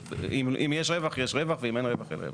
אם יש רווח יש רווח, ואם אין רווח אין רווח.